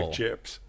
chips